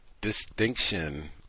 distinction